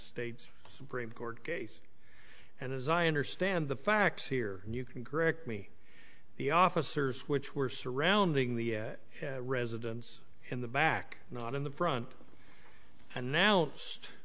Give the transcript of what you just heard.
states supreme court case and as i understand the facts here you can correct me the officers which were surrounding the residence in the back not in the front and now it's